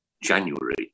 January